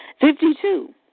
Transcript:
Fifty-two